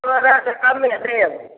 दू हजार से कमे देब